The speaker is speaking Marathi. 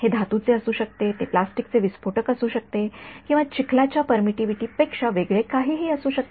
हे धातूचे असू शकते ते प्लास्टिक विस्फोटक असू शकते किंवा चिखलाच्या परमिटिव्हिटीपेक्षा वेगळे काहीही असू शकते